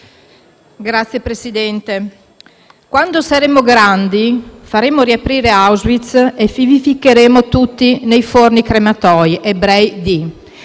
Signor Presidente, «quando saremo grandi faremo riaprire Auschwitz e vi ficcheremo tutti nei forni crematori, ebrei di